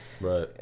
right